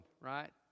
right